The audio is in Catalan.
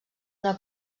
una